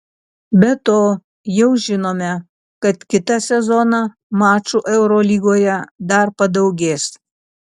be to jau žinome kad kitą sezoną mačų eurolygoje dar padaugės